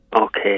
Okay